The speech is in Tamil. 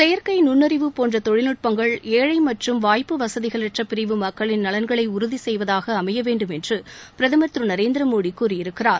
செயற்கை நுண்ணறிவு போன்ற தொழில்நுட்பங்கள் ஏழை மற்றும் வாய்ப்பு வசதிகளற்ற பிரிவு மக்களின் நலன்களை உறுதி செய்வதாக அமைய வேண்டும் என்று பிரதமர் திரு நரேந்திரமோடி கூறியிருக்கிறார்